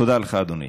תודה לך, אדוני.